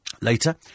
later